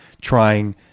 trying